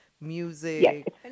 Music